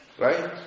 Right